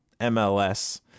mls